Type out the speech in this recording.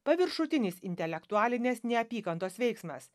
paviršutinis intelektualinės neapykantos veiksmas